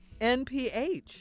NPH